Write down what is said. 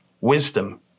wisdom